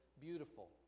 beautiful